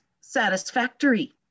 satisfactory